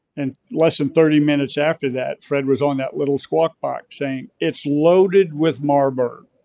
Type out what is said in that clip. and less than thirty minutes after that fred was on that little squawk box saying it's loaded with marburg.